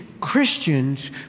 Christians